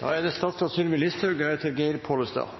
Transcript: Her er det